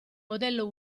modello